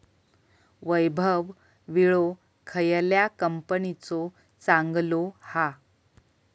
वैभव विळो खयल्या कंपनीचो चांगलो हा?